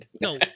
No